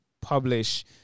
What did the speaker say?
publish